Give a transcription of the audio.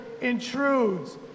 intrudes